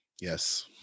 Yes